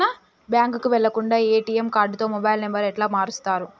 బ్యాంకుకి వెళ్లకుండా ఎ.టి.ఎమ్ కార్డుతో మొబైల్ నంబర్ ఎట్ల మారుస్తరు?